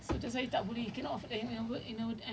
ya when when you are going to do bad in it